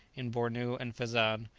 in bornu and fezzan,